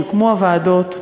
יוקמו הוועדות,